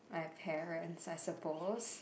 my parents I suppose